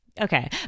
Okay